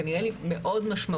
זה נראה לי מאוד משמעותי.